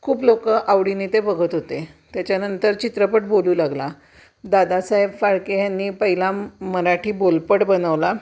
खूप लोक आवडीने ते बघत होते त्याच्यानंतर चित्रपट बोलू लागला दादासाहेब फाळके ह्यांनी पहिला मराठी बोलपट बनवला